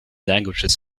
languages